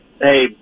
Hey